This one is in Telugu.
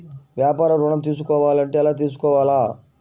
వ్యాపార ఋణం తీసుకోవాలంటే ఎలా తీసుకోవాలా?